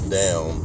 down